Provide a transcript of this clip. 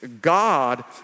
God